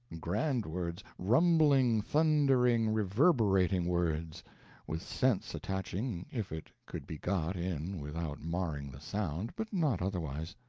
grand words, rumbling, thundering, reverberating words with sense attaching if it could be got in without marring the sound, but not otherwise.